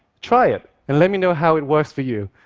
try it, and let me know how it works for you.